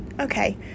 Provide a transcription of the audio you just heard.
Okay